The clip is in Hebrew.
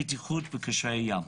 בטיחות וקשרי ים.